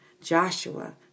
Joshua